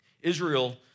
Israel